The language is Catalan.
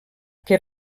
que